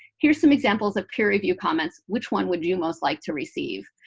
here's some examples of peer review comments. which one would you most like to receive,